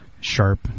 sharp